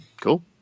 Cool